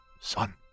son